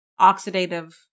oxidative